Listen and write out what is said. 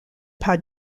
pas